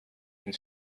and